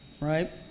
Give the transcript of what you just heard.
right